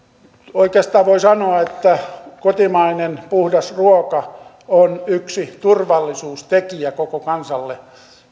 oikeastaan voi sanoa että kotimainen puhdas ruoka on yksi turvallisuustekijä koko kansalle